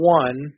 one